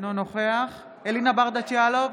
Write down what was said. אינו נוכח אלינה ברדץ' יאלוב,